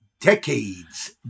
decades